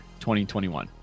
2021